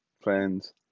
friends